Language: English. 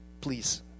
Please